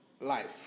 life